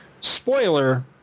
spoiler